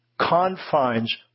confines